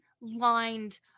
lined